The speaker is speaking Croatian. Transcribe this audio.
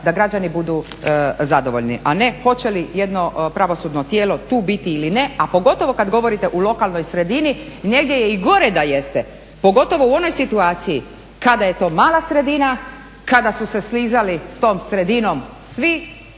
da građani budu zadovoljni, a ne hoće li jedno pravosudno tijelo tu biti ili ne, a pogotovo kada govorite u lokalnoj sredini, … i gore da jeste, pogotovo u onoj situaciji kada je to mala sredina, kada su se … s tom sredinom svi